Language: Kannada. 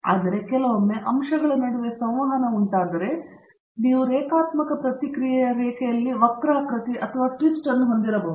ಆದರೆ ಕೆಲವೊಮ್ಮೆ ಅಂಶಗಳ ನಡುವೆ ಸಂವಹನ ಉಂಟಾದರೆ ನೀವು ರೇಖಾತ್ಮಕ ಪ್ರತಿಕ್ರಿಯೆಯ ರೇಖೆಯಲ್ಲಿ ವಕ್ರಾಕೃತಿ ಅಥವಾ ಟ್ವಿಸ್ಟ್ ಅನ್ನು ಹೊಂದಿರಬಹುದು